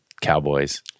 Cowboys